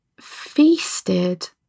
feasted